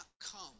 come